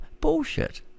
bullshit